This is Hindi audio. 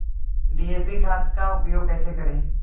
डी.ए.पी खाद का उपयोग कैसे करें?